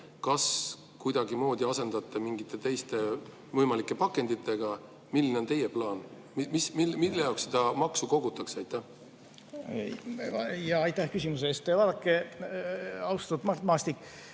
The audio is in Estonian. Kas kuidagimoodi asendate mingite teiste võimalike pakenditega? Milline on teie plaan? Mille jaoks seda maksu kogutakse? Aitäh küsimuse eest! Vaadake, austatud Mart Maastik,